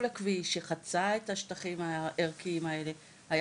הכביש שחצה את השטחים הערכיים האלה היה